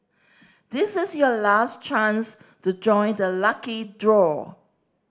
this is your last chance to join the lucky draw